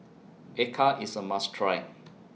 Acar IS A must Try